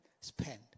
spend